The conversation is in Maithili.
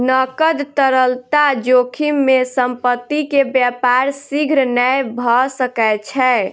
नकद तरलता जोखिम में संपत्ति के व्यापार शीघ्र नै भ सकै छै